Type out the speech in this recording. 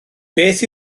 beth